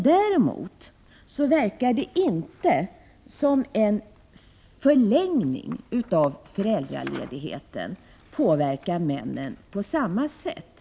Däremot synes inte en förlängning av föräldraledigheten påverka männen på samma sätt.